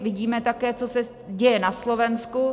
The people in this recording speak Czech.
Vidíme také, co se děje na Slovensku.